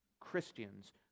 Christians